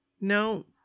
no